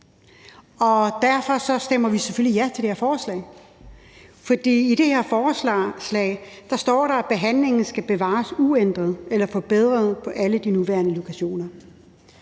derfor stemmer vi selvfølgelig ja til det her forslag. For i det her forslag står der, at behandlingen skal bevares uændret eller forbedret på alle de nuværende lokationer.